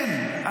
כן,